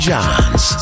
Johns